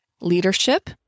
leadership